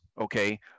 okay